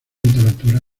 literatura